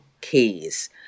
keys